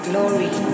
Glory